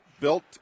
built